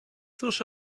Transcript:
cóż